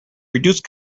reduced